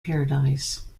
paradise